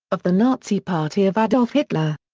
of the nazi party of adolf hitler.